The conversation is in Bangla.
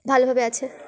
ভালোভাবে আছে